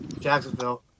Jacksonville